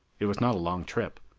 it was not a long trip.